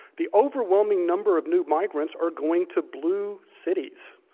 the overwhelming number of new migrants are going to blue cities.